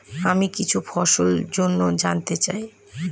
আমি কিছু ফসল জন্য জানতে চাই